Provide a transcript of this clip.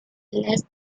less